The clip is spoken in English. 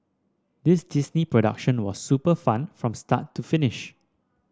this Disney production was super fun from start to finish